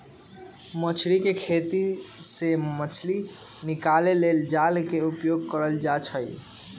मछरी कें खेति से मछ्री निकाले लेल जाल के उपयोग कएल जाइ छै